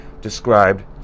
described